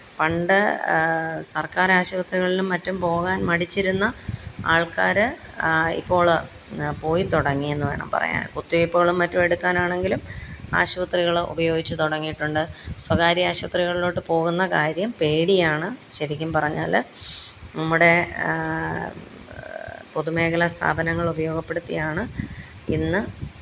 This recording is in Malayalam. പണ്ട് സര്ക്കാർ ആശുപത്രികളിലും മറ്റും പോകാന് മടിച്ചിരുന്ന ആള്ക്കാർ ഇപ്പോൾ പോയിത്തുടങ്ങിയെന്ന് വേണം പറയാന് കുത്തിവയ്പ്പുകളും മറ്റും എടുക്കാനാണെങ്കിലും ആശുപത്രികൾ ഉപയോഗിച്ച് തുടങ്ങിയിട്ടുണ്ട് സ്വകാര്യ ആശുപത്രികളിലോട്ട് പോകുന്ന കാര്യം പേടിയാണ് ശരിക്കും പറഞ്ഞാൽ നമ്മുടെ പൊതുമേഖല സ്ഥാപനങ്ങൾ ഉപയോഗപ്പെടുത്തിയാണ് ഇന്ന്